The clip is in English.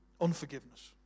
Unforgiveness